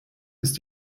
ist